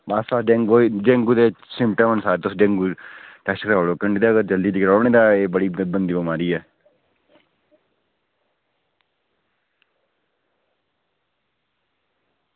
में हा डेंगू दे सिम्पटम न तुस डेंगू दे टेस्ट कराओ जल्दी कोला जल्दी नेईं तां एह् बड़ी गंदी बमारी ऐ